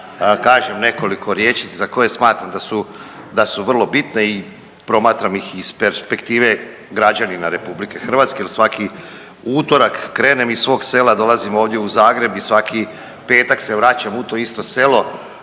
kažem nekoliko riječi za koje smatram da su, da su vrlo bitne i promatram ih perspektive građanina RH jer svaki utorak krenem iz svog sela dolazim ovdje u Zagreb i svaki petak se vraćam u to isto selo